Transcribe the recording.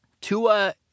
Tua